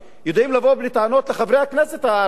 יודעים לבוא בטענות לחברי הכנסת הערבים.